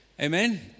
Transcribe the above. Amen